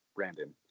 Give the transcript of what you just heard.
Brandon